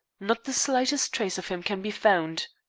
not the slightest trace of him can be found.